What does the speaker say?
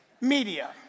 media